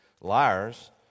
liars